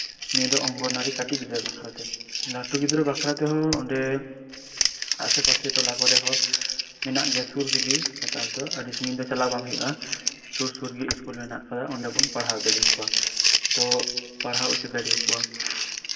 ᱱᱤᱭᱟᱹ ᱫᱚ ᱚᱝᱜᱚᱱᱳᱣᱟᱲᱤ ᱠᱟᱹᱴᱤᱡ ᱜᱤᱫᱽᱨᱟᱹ ᱵᱟᱠᱷᱨᱟᱛᱮ ᱞᱟᱹᱴᱩ ᱜᱤᱫᱽᱨᱟᱹ ᱵᱟᱠᱷᱨᱟ ᱛᱮᱦᱚᱸ ᱟᱥᱮ ᱯᱟᱥᱮ ᱴᱚᱞᱟ ᱠᱚᱨᱮ ᱦᱚᱸ ᱢᱮᱱᱟᱜ ᱜᱮᱭᱟ ᱥᱩᱨ ᱨᱮᱜᱮ ᱤᱧ ᱫᱚ ᱪᱟᱞᱟᱜ ᱦᱩᱭᱩᱜᱼᱟ ᱥᱩᱨ ᱥᱩᱨ ᱨᱮᱜᱮ ᱵᱷᱟᱹᱜᱤ ᱤᱥᱠᱩᱞ ᱢᱮᱱᱟᱜᱼᱟ ᱚᱱᱰᱮ ᱵᱚᱱ ᱯᱟᱲᱦᱟᱣ ᱫᱟᱲᱮᱭᱟᱠᱚᱣᱟ ᱛᱳ ᱯᱟᱲᱦᱟᱣ ᱦᱚᱪᱚ ᱫᱟᱲᱮ ᱟᱠᱚᱣᱟ